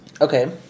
Okay